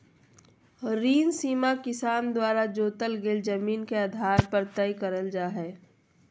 ऋण सीमा किसान द्वारा जोतल गेल जमीन के आधार पर तय करल जा हई